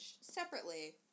separately